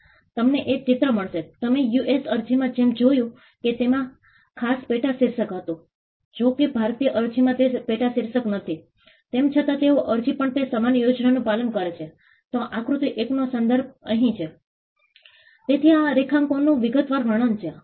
અમે લોકોને પ્રશ્નો આપ્યા અને તેઓને પૂછ્યું કે તેઓ જાહેર ભાગીદારી વિશે શું વિચારે છે અમે તેમને કહેવા માગીએ છીએ કે અમને જણાવો કે પરિણામોમાં શું છે અને જાહેર ભાગીદારીથી તેઓ શું પ્રક્રિયા કરવા માગે છે